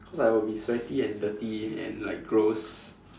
cause I will be sweaty and dirty and like gross